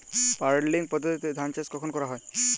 Puddling পদ্ধতিতে ধান চাষ কখন করা হয়?